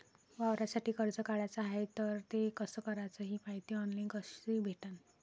वावरासाठी कर्ज काढाचं हाय तर ते कस कराच ही मायती ऑनलाईन कसी भेटन?